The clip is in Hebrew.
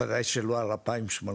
ודאי שלא 2800,